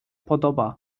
podoba